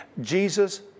Jesus